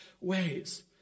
ways